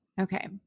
Okay